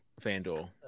Fanduel